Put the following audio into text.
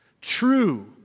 true